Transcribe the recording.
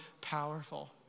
powerful